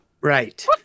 Right